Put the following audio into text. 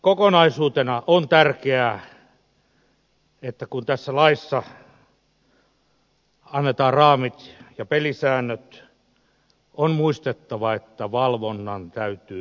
kokonaisuutena on tärkeää että kun tässä laissa annetaan raamit ja pelisäännöt on muistettava että valvonnan täytyy aina toimia